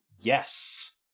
Yes